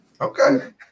Okay